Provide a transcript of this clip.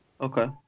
Okay